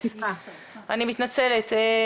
בנוגע להצבת שלטים שאוסרים על מכירה לקטינים,